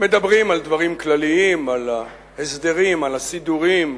מדברים על דברים כלליים, על ההסדרים, על הסידורים,